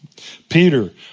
Peter